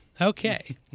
Okay